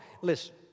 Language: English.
Listen